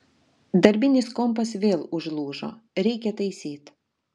darbinis kompas vėl užlūžo reikia taisyt